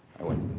i went,